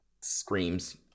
screams